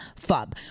FUB